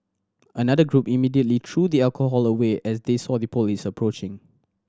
another group immediately threw the alcohol away as they saw the police approaching